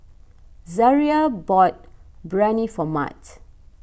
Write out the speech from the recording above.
Zariah bought Biryani for Mat